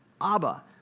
Abba